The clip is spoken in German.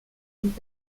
und